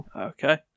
Okay